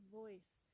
voice